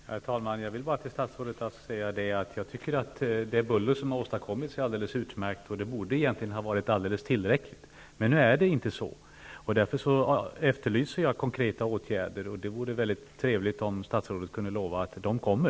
Herr talman! Jag vill till statsrådet Ask bara säga att jag tycker att det buller som har åstadkommits är alldeles utmärkt, och det borde egentligen ha varit alldeles tillräckligt. Men nu är så inte fallet, och därför efterlyser jag konkreta åtgärder. Det vore väldigt trevligt om statsrådet kunde lova att sådana kommer.